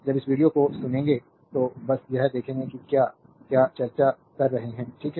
जब इस वीडियो को सुनेंगे तो बस यह देखेंगे कि क्या क्या चर्चा कर रहे हैं ठीक है